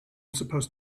supposed